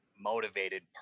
motivated